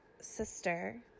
sister